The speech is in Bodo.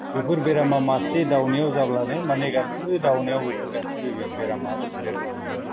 बेफोर बेरामा मासे दावनियाव जाब्लानो माने गासैबो दावनियाव बेफोर गासिबो बेरामा सन्देरखाजोबो आरो